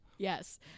Yes